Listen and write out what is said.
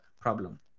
problem